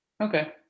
Okay